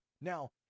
Now